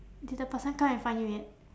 did the person come and find you yet